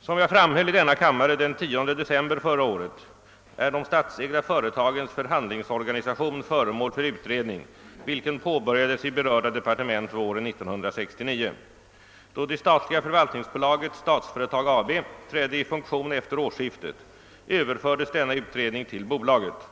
Som jag framhöll i denna kammare den 10 december förra året är de statsägda företagens förhandlingsorganisation föremål för utredning, vilken påbörjades i berörda departement våren 1969. Då det statliga förvaltningsbolaget, Statsföretag AB, trädde i funktion efter årsskiftet, överfördes denna utredning till bolaget.